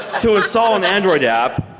to install an android app.